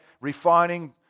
refining